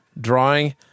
drawing